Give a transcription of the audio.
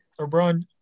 LeBron